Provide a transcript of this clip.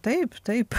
taip taip